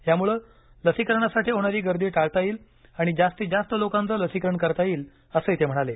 यामुळे लसीकरणासाठी होणारी गर्दी टाळता येईल आणि जास्तीत जास्त लोकांचं लसीकरण करता येईल असंही ते म्हणाले